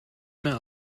mehr